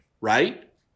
right